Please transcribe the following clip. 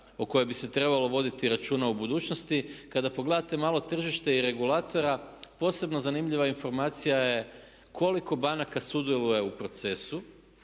o kojoj bi se trebalo voditi računa u budućnosti, kada pogledate malo tržište regulatora posebno zanimljiva informacija je koliko banaka sudjeluje u procesu,